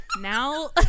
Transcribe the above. now